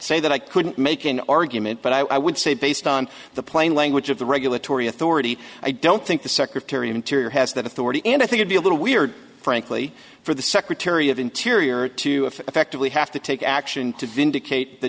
say that i couldn't make an argument but i would say based on the plain language of the regulatory authority i don't think the secretary of interior has that authority and i think i'd be a little weird frankly for the secretary of interior to effectively have to take action to vindicate the